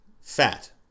fat